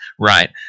right